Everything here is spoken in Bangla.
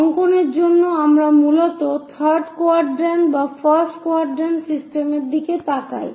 অঙ্কনের জন্য আমরা মূলত থার্ড কোয়াড্রান্ট বা ফার্স্ট কোয়াড্রান্ট সিস্টেমের দিকে তাকাই